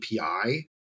API